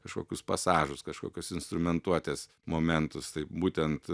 kažkokius pasažus kažkokius instrumentuotės momentus tai būtent